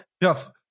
Yes